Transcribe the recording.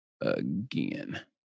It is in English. again